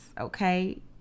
okay